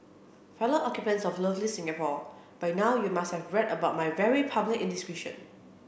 fellow occupants of lovely Singapore by now you must have read about my very public indiscretion